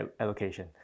allocation